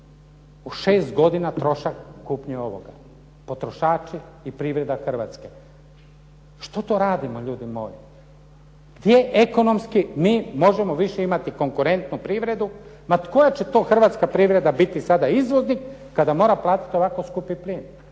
u 6 godina trošak kupnje ovoga? Potrošači i privreda Hrvatske. Što to radimo ljudi moji? Gdje ekonomski mi možemo više imati konkurentnu privredu? Ma koja će to hrvatska privreda biti sada izvoznik kada mora platiti ovako skupi plin.